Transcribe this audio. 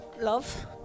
love